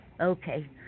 Okay